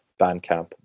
Bandcamp